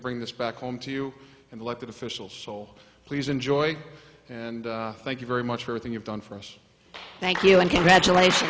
bring this back home to you and elected officials please enjoy and thank you very much for a thing you've done for us thank you and congratulations